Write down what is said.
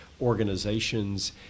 organizations